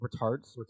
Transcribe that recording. Retards